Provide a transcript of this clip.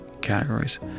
categories